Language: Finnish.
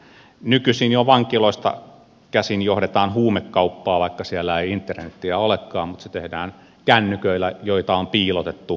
nykyisin jo vankiloista käsin johdetaan huumekauppaa vaikka siellä ei internetiä olekaan mutta se tehdään kännyköillä joita on piilotettu vankiloihin